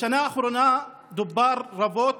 בשנה האחרונה דובר רבות